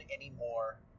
anymore